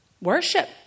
Worship